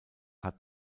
hat